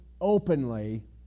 openly